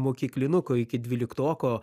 mokyklinuko iki dvyliktoko